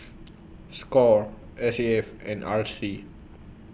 SCORE S A F and R C